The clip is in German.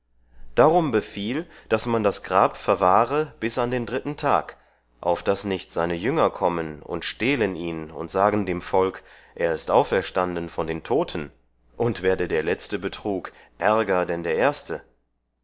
darum befiehl daß man das grab verwahre bis an den dritten tag auf daß nicht seine jünger kommen und stehlen ihn und sagen dem volk er ist auferstanden von den toten und werde der letzte betrug ärger denn der erste